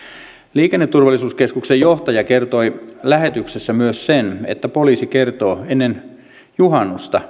liikenneturvallisuuskeskuksen johtaja kertoi lähetyksessä myös sen että poliisi kertoo ennen juhannusta